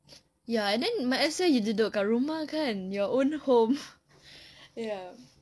ya and then might as well you duduk dekat rumah kan your own home